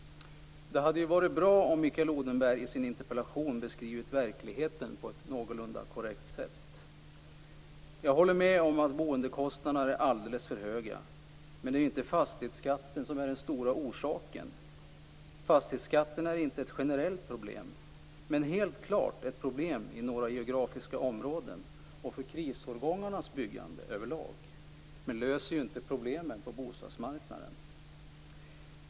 Det hade varit bra om Mikael Odenberg i sin interpellation beskrivit verkligheten på ett någorlunda korrekt sätt. Jag håller med om att boendekostnaderna är alldeles för höga, men det är inte fastighetsskatten som är den stora orsaken. Fastighetsskatten är inte ett generellt problem, men den är helt klart ett problem i några geografiska områden och för krisårgångarnas byggande överlag. Men den löser inte problemen på bostadsmarknaden.